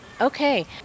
Okay